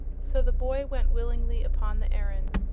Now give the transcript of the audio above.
so the boy went willingly upon the errand,